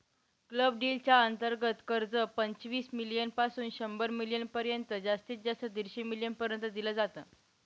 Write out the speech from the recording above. club deal च्या अंतर्गत कर्ज, पंचवीस मिलीयन पासून शंभर मिलीयन पर्यंत जास्तीत जास्त दीडशे मिलीयन पर्यंत दिल जात